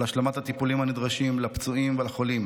השלמת הטיפולים הנדרשים לפצועים ולחולים.